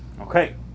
Okay